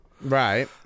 Right